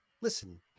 listen